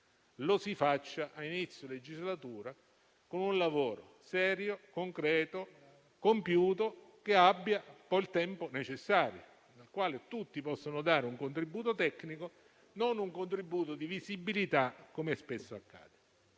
all'inizio della legislatura con un lavoro serio, concreto, compiuto che impieghi il tempo necessario, al quale tutti possono dare un contributo tecnico e non un contributo di visibilità, come spesso accade.